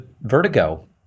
vertigo